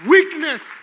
Weakness